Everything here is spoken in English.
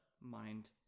mind